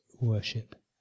worship